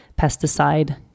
pesticide